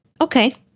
Okay